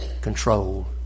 control